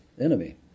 enemy